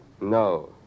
No